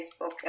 facebook